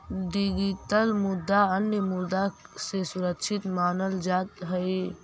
digital मुद्रा अन्य मुद्रा से सुरक्षित मानल जात हई